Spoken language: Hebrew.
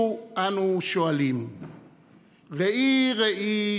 תודה רבה.